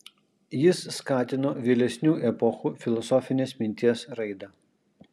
jis skatino vėlesnių epochų filosofinės minties raidą